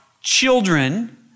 children